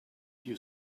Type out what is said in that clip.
you